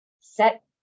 set